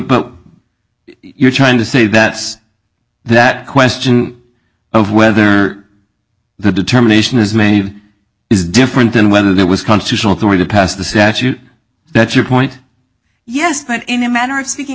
but you're trying to say that that question of whether the determination is made is different than whether there was constitutional authority past the statute that's your point yes but in a manner of speaking